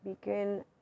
begin